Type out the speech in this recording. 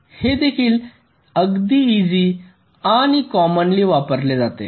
हे देखील अगदी इझी आणि कोमनली वापरले जाते